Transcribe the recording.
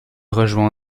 rejoint